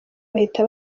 bahita